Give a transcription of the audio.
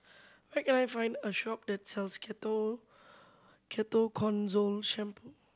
where can I find a shop that sells Ketoconazole Shampoo